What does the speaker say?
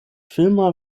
filma